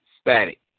static